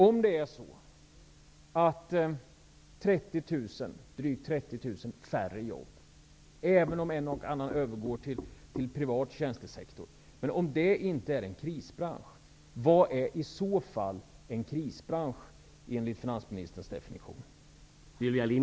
Om drygt 30 000 färre jobb inte innebär en krisbransch, även om en och annan övergår till privat tjänstesektor, vad är i så fall en krisbransch enligt finansministerns definition?